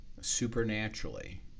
supernaturally